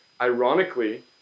ironically